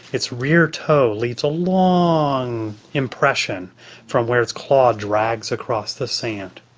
its rear toe leaves a long impression from where its claw drags across the sand.